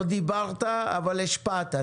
לא דיברת אבל השפעת.